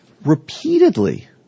Repeatedly